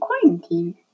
quarantine